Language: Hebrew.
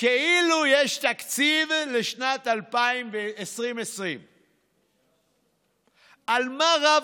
כאילו יש תקציב לשנת 2020. על מה רבתם?